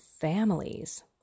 families